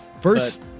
First